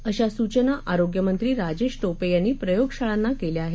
अशी सूचना आरोग्य मंत्री राजेश रिमे यांनी प्रयोगशाळांना केल्या आहेत